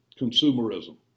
consumerism